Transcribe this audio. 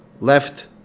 left